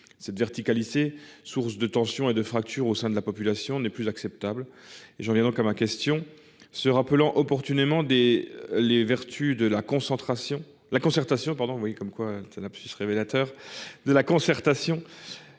Cette verticalité, source de tensions et de fractures au sein de la population, n'est plus acceptable. J'en viens donc à ma question. Se rappelant opportunément les vertus de la concertation,